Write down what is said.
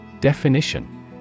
Definition